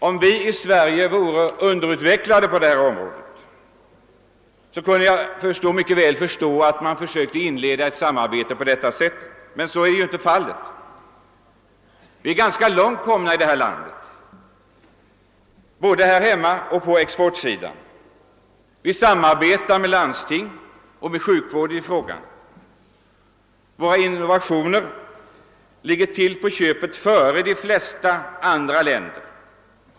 Om vi i Sverige vore underutvecklade på detta område, skulle jag mycket väl förstå att man försökte inleda ett samarbete av detta slag, men så är inte fallet. Vi är ganska långt komna här i landet, och det gäller både hemmamarknaden och exportmarknaden. Vi samarbetar med landsting och sjukvårdsorgan i frågan. Vad innovationer beträffar ligger vi till på köpet före de flesta andra länder.